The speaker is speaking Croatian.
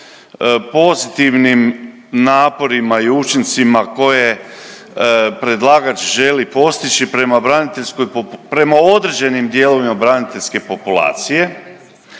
pozitivnim naporima i učincima koje predlagač želi postići prema braniteljskoj, prema određenim dijelovima braniteljske populacije